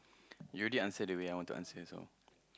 you already answer the way I want to answer so